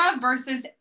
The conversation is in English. versus